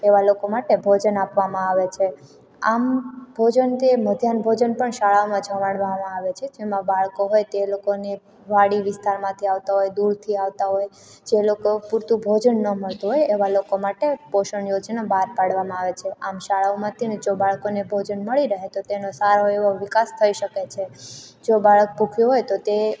એવા લોકો માટે ભોજન આપવામાં આવે છે આમ ભોજન તે મધ્યાહ્ન ભોજન પણ શાળામાં જમાડવામાં આવે છે જેમાં બાળકો હોય તે લોકોને વાડી વિસ્તારમાંથી આવતા હોય દૂરથી આવતા હોય જે લોકો પૂરતું ભોજન ન મળતું હોય એવા લોકો માટે પોષણ યોજના બહાર પાડવામાં આવે છે આમ શાળાઓમાંથી જો બાળકોને ભોજન મળી રહે તો તેનો સારો એવો વિકાસ થઈ શકે છે જો બાળક ભૂખ્યું હોય તો તે